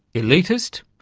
elitist,